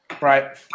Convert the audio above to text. Right